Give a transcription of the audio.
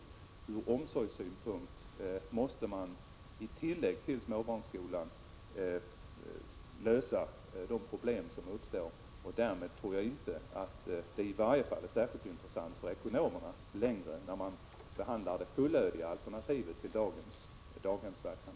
Det finns problem på omsorgsområdet som måste lösas vid sidan om småbarnsskolan. Jag tror att detta gör att det alternativet i längden inte är särskilt intressant för ekonomerna jämfört med det fullödiga alternativet inom daghemsverksamheten.